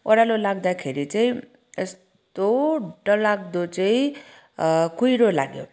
ओरालो लाग्दाखेरि चाहिँ यस्तो डरलाग्दो चाहिँ कुहिरो लाग्यो